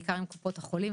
בעיקר עם קופות החולים.